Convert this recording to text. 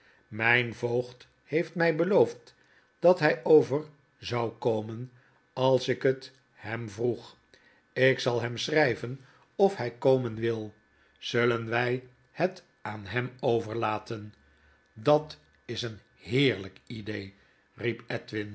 myn voogd heeft mij beloofd dat hy over zou komen als ik het hem vroeg ik zal hem scbryven of hy komen wil zullen wy het aan hem overlaten dat is een heerlyk idee